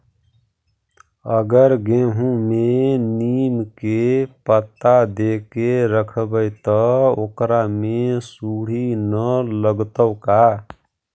अगर गेहूं में नीम के पता देके यखबै त ओकरा में सुढि न लगतै का?